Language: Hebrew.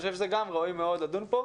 אני חושב שגם ראוי מאוד לדון על זה כאן.